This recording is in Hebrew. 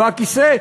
והכיסא,